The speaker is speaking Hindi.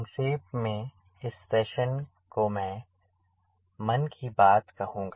संक्षेप में इस सेशन को मैं मन की बात कहूँगा